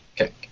Okay